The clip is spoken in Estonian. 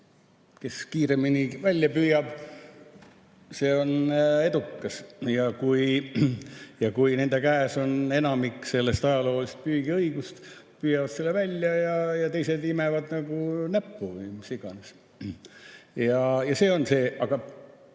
Kes kiiremini välja püüab, see on edukas. Kui nende käes on enamik sellest ajaloolisest püügiõigusest, siis nad püüavad selle välja ja teised imevad näppu või mis iganes. See on see. Aga